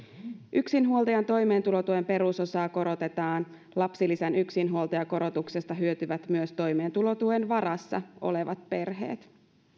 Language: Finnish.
yksinhuoltajan toimeentulotuen perusosaa korotetaan ja lapsilisän yksinhuoltajakorotuksesta hyötyvät myös toimeentulotuen varassa olevat perheet